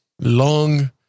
long